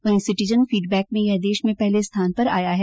वहीं citizen feedback में यह देश में पहले स्थान पर आया है